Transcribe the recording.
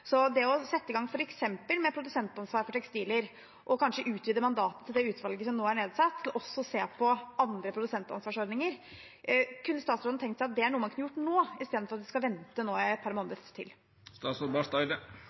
det å sette i gang med f.eks. produsentansvar for tekstiler og kanskje utvide mandatet til det utvalget som nå er nedsatt, til også å se på andre produsentansvarsordninger, noe statsråden kunne tenke seg at er noe man kunne gjort nå, istedenfor at man skal vente i et par måneder til? Jeg er